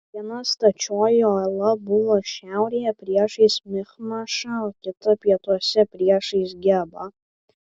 viena stačioji uola buvo šiaurėje priešais michmašą o kita pietuose priešais gebą